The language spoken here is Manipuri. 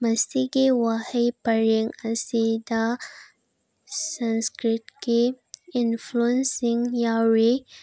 ꯃꯁꯤꯒꯤ ꯋꯥꯍꯩ ꯄꯔꯦꯡ ꯑꯁꯤꯗ ꯁꯪꯁꯀ꯭ꯔꯤꯠꯀꯤ ꯏꯟꯐ꯭ꯂꯨꯌꯦꯟꯁꯤꯡ ꯌꯥꯎꯔꯤ